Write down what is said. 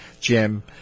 jim